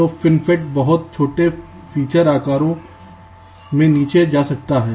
तो FinFET बहुत छोटे फीचर आकारों में नीचे जा सकता है